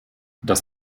das